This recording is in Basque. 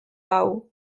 hau